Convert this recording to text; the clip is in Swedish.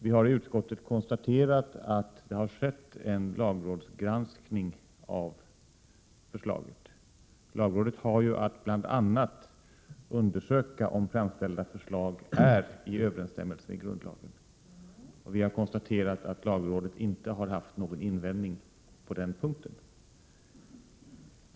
Vi har i utskottet konstaterat att det har skett en lagrådsgranskning av förslaget. Lagrådet har ju att bl.a. undersöka om framställda förslag är i överensstämmelse med grundlagen. Vi har konstaterat att lagrådet inte har haft några invändningar på den punkten.